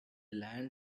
land